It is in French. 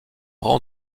rang